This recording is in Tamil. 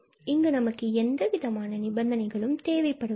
இங்கு நமக்கு எந்த வகையான நிபந்தனைகளும் தேவைப்படுவதில்லை